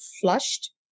flushed